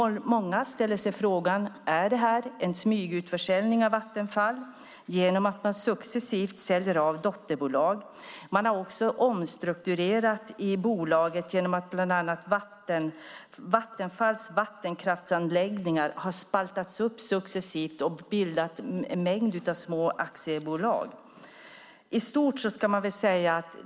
Många ställer sig frågan om detta är en smygutförsäljning av Vattenfall genom att man successivt säljer av dotterbolag. Man har också omstrukturerat i bolaget genom att bland annat spalta upp Vattenfalls vattenkraftsanläggningar i en mängd små aktiebolag.